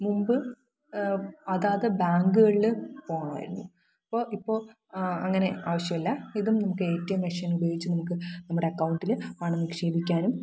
മുൻപ് അതാത് ബാങ്ക്കൾൽ പോണമായിരുന്നു ഇപ്പോൾ ഇപ്പോൾ അങ്ങനെ ആവശ്യമില്ല ഇതും നമുക്ക് ഏ റ്റി എം മെഷ്യൻ ഉപയോഗിച്ച് നമുക്ക് നമ്മുടെ അക്കൗണ്ടില് പണം നിക്ഷേപിയ്ക്കാനും